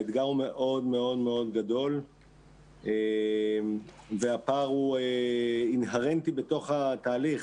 האתגר מאוד מאוד גדול והפער הוא אינהרנטי בתוך התהליך.